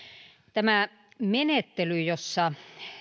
tämä menettely jossa